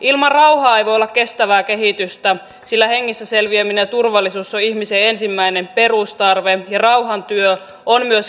ilman rauhaa ei voi olla kestävää kehitystä sillä hengissä selviäminen ja turvallisuus on ihmisen ensimmäinen perustarve ja rauhan työ on myös kehitysyhteistyötä